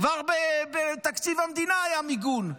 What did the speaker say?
כבר בתקציב המדינה היה מיגון.